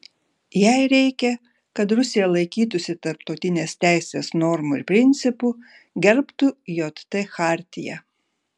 jai reikia kad rusija laikytųsi tarptautinės teisės normų ir principų gerbtų jt chartiją